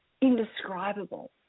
indescribable